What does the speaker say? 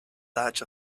that